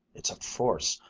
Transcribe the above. it's a force,